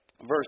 verse